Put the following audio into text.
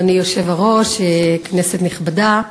אדוני היושב-ראש, כנסת נכבדה,